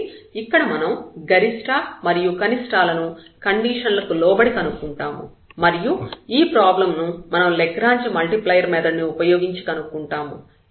కాబట్టి ఇక్కడ మనం గరిష్ట మరియు కనిష్టాల ను ఈ కండిషన్లకు లోబడి కనుక్కుంటాము మరియు ఈ ప్రాబ్లం ను మనం లాగ్రాంజ్ మల్టిప్లైయర్ మెథడ్ ను ఉపయోగించి కనుక్కుంటాము